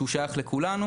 ששייך לכולנו.